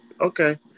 okay